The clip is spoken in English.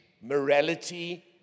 morality